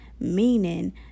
Meaning